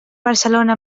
barcelona